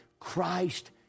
Christ